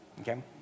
Okay